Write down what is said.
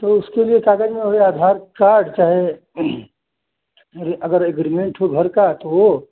तो उसके लिये कागज वगेरह आधार कार्ड चाहें अगर एक अग्रीमेंट हो घर का तो वो